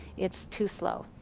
it's too slow.